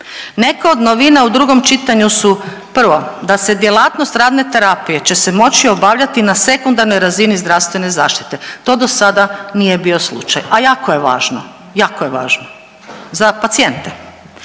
Neke od novina u drugom čitanju su, prvo, da se djelatnost radne terapije će se moći obavljati na sekundarnoj razini zdravstvene zaštite. To do sada nije bio slučaj, a jako je važno, jako je važno za pacijente.